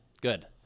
good